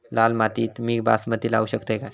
लाल मातीत मी बासमती लावू शकतय काय?